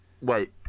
Wait